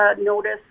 notice